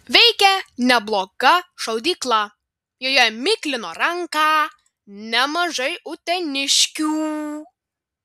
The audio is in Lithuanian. veikė nebloga šaudykla joje miklino ranką nemažai uteniškių